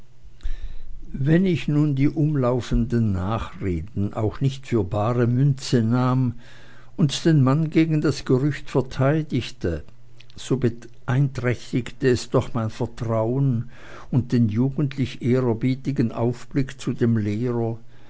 wenn ich nun die umlaufenden nachreden auch nicht für bare münze nahm und den mann gegen das gerücht verteidigte so beeinträchtigte es doch mein vertrauen und den jugendlich ehrerbietigen aufblick zu dem lehrer